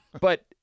But-